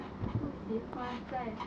不喜欢在